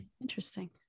interesting